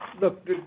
Look